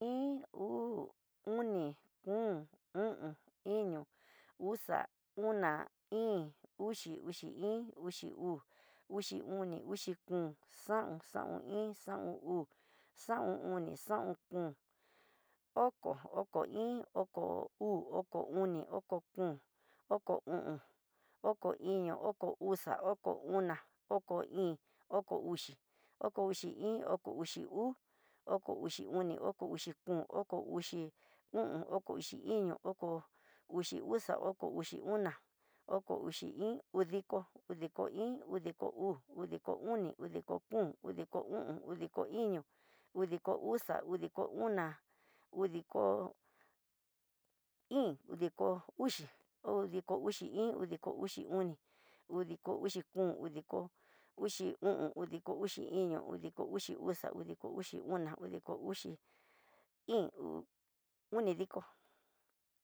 Iin, uu, oni, kom, o'on, iño, uxa, ona, íín, uxi, uxi iin, uxi uu, uxi oni, uxi kom, xaon, xaon iin, xaon uu, xaon oni, xaon kom, oko, okoiin, oko uu, oko oni. oko kom, oko o'on, oko iño, oko uxa, oko oná, oko íín, oko uxi, oko uxi iin, oko uxi uu, oko uxi oni, oko uxi kom, oko uxi o'on, oko uxi iño, oko uxi uxa, oko uxi oná oko uxi íín, udiko, udiko iin, udiko uu, udiko oni, udiko kom, udiko o'on, udiko iño, udiko uxa, udiko ona, udiko íín udiko uxi, udiko uxi iin, udiko uxi oni, udiko uxi kom, udiko uxi o'on, udiko uxi iño, udiko uxi uxa, udiko uxi ona, udiko uxi íín, onidiko.